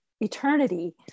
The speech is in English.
eternity